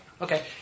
Okay